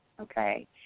okay